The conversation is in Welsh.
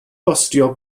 bostio